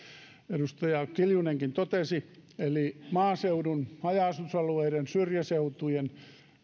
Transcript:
edustaja kiljunenkin totesi eli maaseudun haja asutusalueiden syrjäseutujen